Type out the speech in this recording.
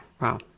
Wow